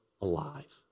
alive